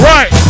Right